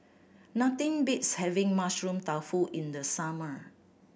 nothing beats having Mushroom Tofu in the summer